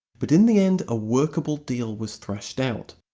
but in the end a workable deal was thrashed out.